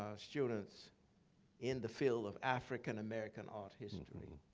students in the field of african-american art history.